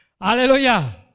Hallelujah